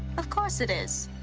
of course it is.